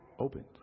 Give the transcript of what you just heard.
opened